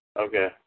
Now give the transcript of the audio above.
okay